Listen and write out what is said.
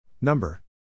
Number